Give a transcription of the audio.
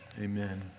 Amen